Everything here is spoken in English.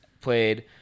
played